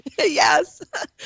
Yes